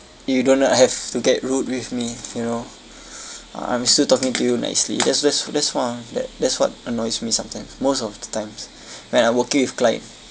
you do not have to get rude with me you know I'm still talking to you nicely that's that's that's one of that that's what annoys me sometimes most of the times when I working with client